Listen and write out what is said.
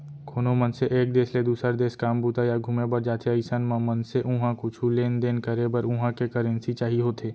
कोनो मनसे एक देस ले दुसर देस काम बूता या घुमे बर जाथे अइसन म मनसे उहाँ कुछु लेन देन करे बर उहां के करेंसी चाही होथे